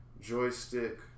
Joystick